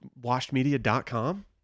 washedmedia.com